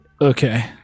Okay